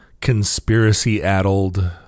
conspiracy-addled